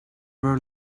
were